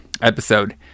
episode